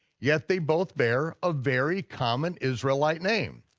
yet they both bear a very common israelite name.